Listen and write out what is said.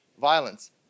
violence